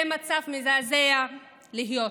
זה מצב מזעזע להיות בו.